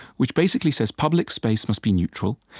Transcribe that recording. which basically says public space must be neutral.